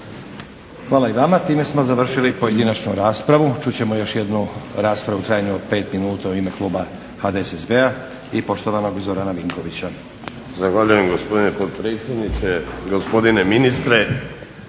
Hvala i vama. Time smo završili pojedinačnu raspravu. Čut ćemo još jednu raspravu u trajanju od 5 minuta u ime kluba HDSSB-a i poštovanog Zorana Vinkovića. **Vinković, Zoran (HDSSB)** Zahvaljujem gospodine potpredsjedniče. Gospodine ministre.